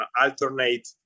alternate